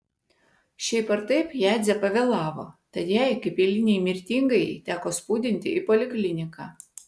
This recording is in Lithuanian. šiaip ar taip jadzė pavėlavo tad jai kaip eilinei mirtingajai teko spūdinti į polikliniką